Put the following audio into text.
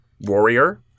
Warrior